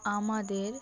আমাদের